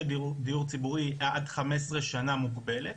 דירות דיור ציבורי עד 15 שנים מוגבלת,